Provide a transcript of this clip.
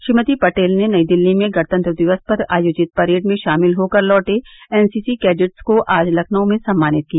श्रीमती पटेल ने नई दिल्ली में गणतंत्र दिवस पर आयोजित परेड में शामिल होकर लौटे एनसीसी कैडेट्स को आज लखनऊ में सम्मानित किया